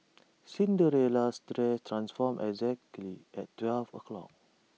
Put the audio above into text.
Cinderella's dress transformed exactly at twelve o' clock